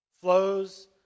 flows